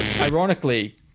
Ironically